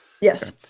Yes